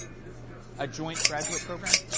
a joint graduate program?